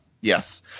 Yes